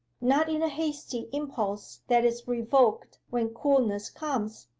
not in a hasty impulse that is revoked when coolness comes,